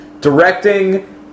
Directing